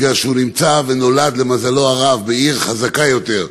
כי הוא נמצא ונולד, למזלו הרב, בעיר חזקה יותר,